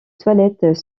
toilettes